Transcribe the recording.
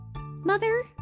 mother